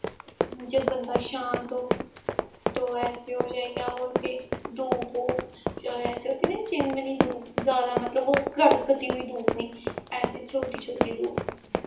जे बंदा शांत हो तो ऐसे हो जाए क्या बोलते धूप हो बैसे होती नी चिमिन धूप जादा मतलब ओह् कड़कती हुई धूप नी ऐसे छोटी छोटी धूप